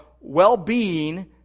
well-being